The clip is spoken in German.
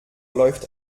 läuft